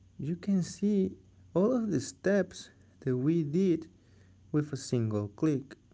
you can see all the steps that we did with a single click